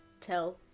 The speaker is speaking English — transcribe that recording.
tell